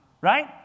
Right